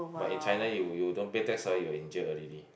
but in China you you don't pay tax ah you in jail already